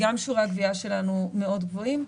גם שיעורי הגבייה שלנו מאוד גבוהים,